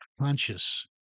conscious